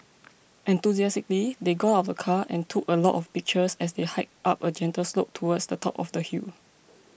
enthusiastically they got out of the car and took a lot of pictures as they hiked up a gentle slope towards the top of the hill